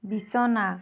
বিছনা